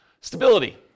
Stability